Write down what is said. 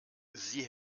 sie